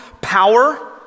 power